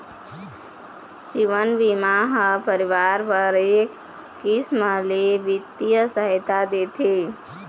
जीवन बीमा ह परिवार बर एक किसम ले बित्तीय सहायता देथे